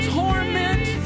torment